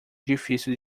difícil